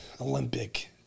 Olympic